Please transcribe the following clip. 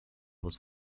was